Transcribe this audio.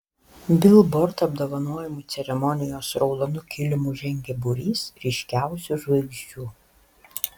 bilbord apdovanojimų ceremonijos raudonu kilimu žengė būrys ryškiausių žvaigždžių